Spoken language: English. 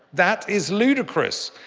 that is ludicrous.